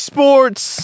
Sports